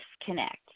disconnect